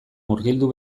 murgildu